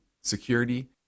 security